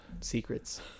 secrets